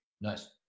Nice